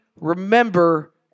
remember